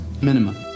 minimum